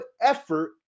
effort